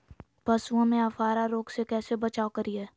पशुओं में अफारा रोग से कैसे बचाव करिये?